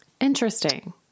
Interesting